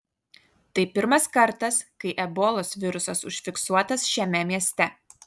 tai pirmas kartas kai ebolos virusas užfiksuotas šiame mieste